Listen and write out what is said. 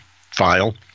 file